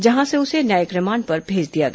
जहां से उसे न्यायिक रिमांड पर भेज दिया गया